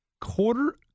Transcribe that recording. Quarter